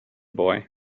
boy